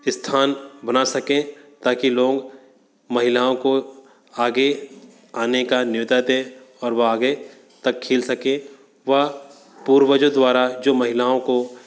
स्थान बना सकें ताकि लोग महिलाओं को आगे आने का न्योता दे और वह आगे तक खेल सकें वह पूर्वजों द्वारा जो महिलाओं को